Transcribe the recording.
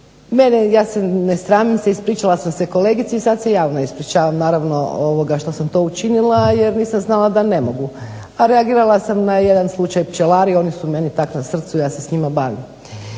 ja se, ne sramim se, ispričala sam se kolegici i sad se javno ispričavam, naravno što sam to učinila, jer nisam znala da ne mogu. A reagirala sam na jedan slučaj pčelari, oni su meni tak na srcu, ja se s njima bavim.